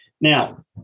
Now